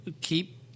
keep